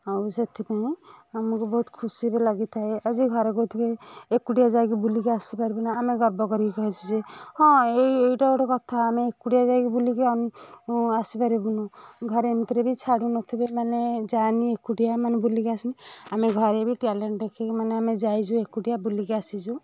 ଆଉ ସେଥିପାଇଁ ଆଉ ମୋତେ ବହୁତ ଖୁସି ବି ଲାଗିଥାଏ ଆଜି ଘରେ କହୁଥିବେ ଏକୁଟିଆ ଯାଇକି ବୁଲିକି ଆସିପାରିବୁନା ଆମେ ଗର୍ବ କରିକି କହିଚୁ ଯେ ହଁ ଏଇ ଏଇଟା ଗୋଟେ କଥା ଆମେ ଏକୁଟିଆ ଯାଇକି ବୁଲିକି ଆମ ଆସିପାରିବୁନୁ ଘରେ ଏମିତିରେ ବି ଛାଡ଼ୁନଥିବେ ମାନେ ଯାଆନି ଏକୁଟିଆ ମାନେ ବୁଲିକି ଆସେନି ଆମେ ଘରେ ବି ଟ୍ୟାଲେଣ୍ଟ ଦେଖାଇକି ମାନେ ଆମେ ଯାଇଛୁ ଏକୁଟିଆ ବୁଲିକି ଆସିଛୁ